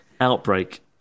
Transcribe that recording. Outbreak